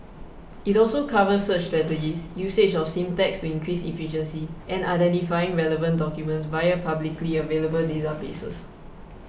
it also covers search strategies usage of syntax to increase efficiency and identifying relevant documents via publicly available databases